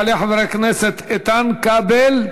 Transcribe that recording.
יעלה חבר הכנסת איתן כבל,